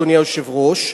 אדוני היושב-ראש,